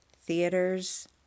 theaters